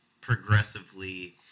progressively